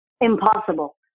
impossible